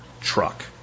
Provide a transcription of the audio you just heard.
truck